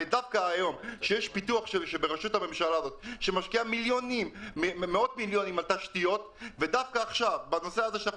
ודווקא היום כשהממשלה מפתחת ומשקיעה מאות מיליונים בתשתיות ועושה פה